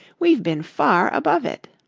we've been far above it.